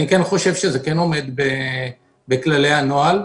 אני כן חושב שזה עומד בכללי הנוהל.